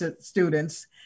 students